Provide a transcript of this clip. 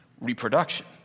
reproduction